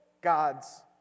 God's